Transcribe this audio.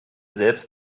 selbst